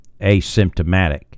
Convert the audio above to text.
asymptomatic